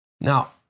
Now